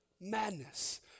Madness